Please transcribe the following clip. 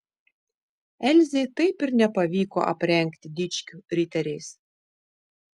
elzei taip ir nepavyko aprengti dičkių riteriais